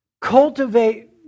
Cultivate